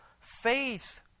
Faith